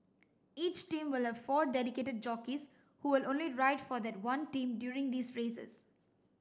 each team will have four dedicated jockeys who will only ride for that one team during these races